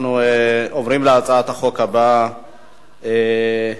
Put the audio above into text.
חבר הכנסת יריב לוין,